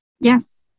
Yes